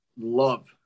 love